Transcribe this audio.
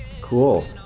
Cool